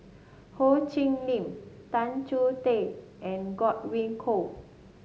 Ho Chee Lick Tan Choh Tee and Godwin Koay